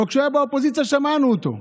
אבל כשהוא היה באופוזיציה שמענו אותו,